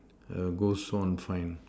err goes on friend